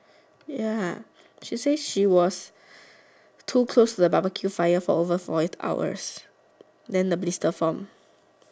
ya she say she was too close to the barbecue fire for over forty hours then the blister form